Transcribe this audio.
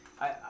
I-